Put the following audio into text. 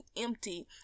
empty